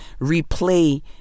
replay